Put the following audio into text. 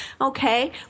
okay